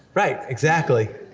right, exactly.